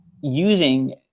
using